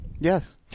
Yes